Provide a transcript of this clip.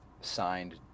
signed